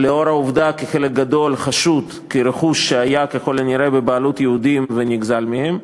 לנוכח העובדה שחלק גדול חשוד כרכוש שהיה בבעלות יהודים ונגזל מהם.